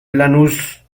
lanús